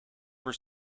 were